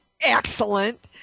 Excellent